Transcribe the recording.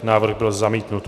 Návrh byl zamítnut.